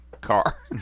car